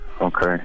okay